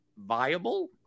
viable